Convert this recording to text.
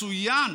מצוין.